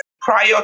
Prior